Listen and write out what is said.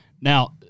Now